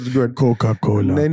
Coca-Cola